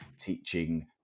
teaching